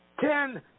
Ten